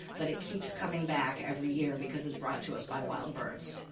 but it keeps coming back every year because it's brought to us by wild birds.